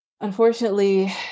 unfortunately